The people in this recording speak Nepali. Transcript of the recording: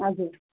हजुर